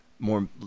More